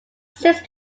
seems